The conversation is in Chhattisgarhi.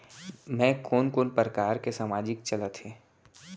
मैं कोन कोन प्रकार के सामाजिक चलत हे?